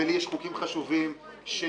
ולי יש חוקים חשובים שנתקעו,